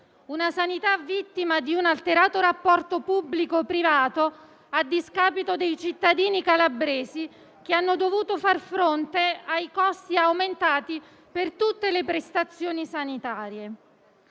una sanità vittima di un alterato rapporto pubblico-privato a discapito dei cittadini calabresi, che hanno dovuto far fronte ai costi aumentati per tutte le prestazioni sanitarie;